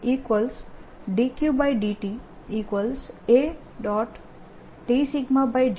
તેથી IdQdtA